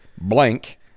blank